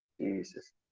Jesus